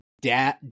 dad